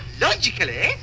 logically